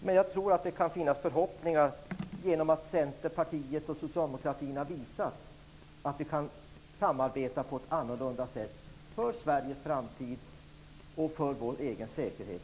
Men jag tror att det kan finnas förhoppningar genom att Centerpartiet och socialdemokratin har visat att de kan samarbeta på ett annorlunda sätt för Sveriges framtid och för vår egen säkerhet.